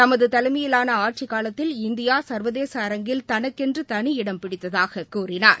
தமது தலைமையிலான ஆட்சிக் காலத்தில் இந்தியா சா்வதேச அரங்கில் தனக்கென்று தனி இடம் பிடித்ததாகக் கூறினார்